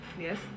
Yes